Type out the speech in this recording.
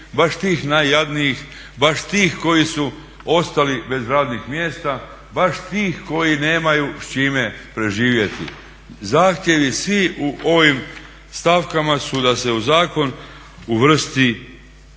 baš tih najjadnijih, baš tih koji su ostali bez radnih mjesta, baš tih koji nemaju s čime preživjeti. Zahtjevi svi u ovim stavkama su da se u zakon uvrsti vraćanje